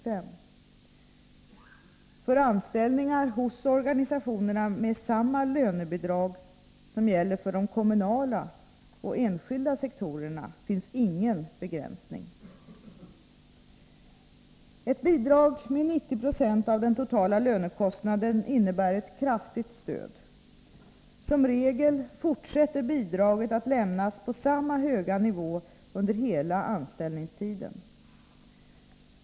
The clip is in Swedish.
För anställningar hos organisationerna med samma lönebidrag som gäller för de kommunala och enskilda sektorerna finns ingen begränsning. Ett bidrag med 90 26 av den totala lönekostnaden innebär ett kraftigt stöd. Som regel fortsätter bidraget att lämnas på samma höga nivå under hela anställningstiden.